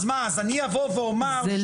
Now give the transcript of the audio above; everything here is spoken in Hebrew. אז מה אז אני אבוא ואומר שאי אפשר.